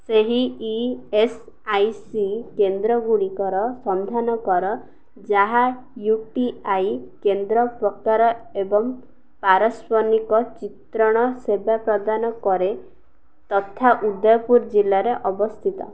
ସେହି E S I C କେନ୍ଦ୍ର ଗୁଡ଼ିକର ସନ୍ଧାନ କର ଯାହା ୟୁ ଟି ଆଇ କେନ୍ଦ୍ର ପ୍ରକାର ଏବଂ ପାରସ୍ଵନିକ ଚିତ୍ରଣ ସେବା ପ୍ରଦାନ କରେ ତଥା ଉଦୟପୁର ଜିଲ୍ଲାରେ ଅବସ୍ଥିତ